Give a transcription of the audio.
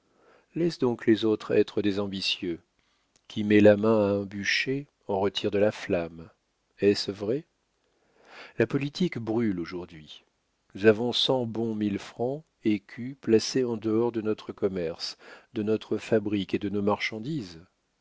laisse donc les autres être des ambitieux qui met la main à un bûcher en retire de la flamme est-ce vrai la politique brûle aujourd'hui nous avons cent bons mille francs écus placés en dehors de notre commerce de notre fabrique et de nos marchandises